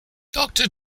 doctor